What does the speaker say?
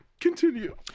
Continue